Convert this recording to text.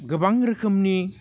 गोबां रोखोमनि